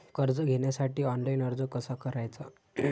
कर्ज घेण्यासाठी ऑनलाइन अर्ज कसा करायचा?